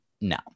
No